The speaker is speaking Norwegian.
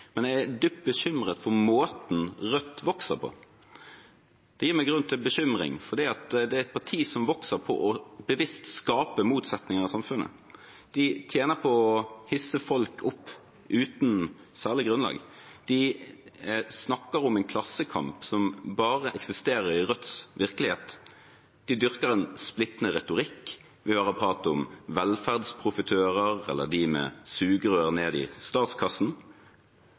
men jeg er dypt bekymret for måten Rødt vokser på. Det gir meg grunn til bekymring, for det er et parti som vokser på bevisst å skape motsetninger i samfunnet. De tjener på å hisse folk opp uten særlig grunnlag. De snakker om en klassekamp som bare eksisterer i Rødts virkelighet. De dyrker en splittende retorikk. Vi hører prat om velferdsprofitører og de med sugerør ned i statskassen.